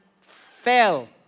fell